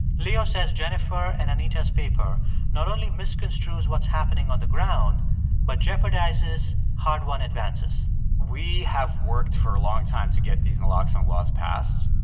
leo says jennifer and anita's paper not only misconstrues what's happening on the ground but jeopardizes hard-won advances we have worked for a long time to get these naloxone laws passed,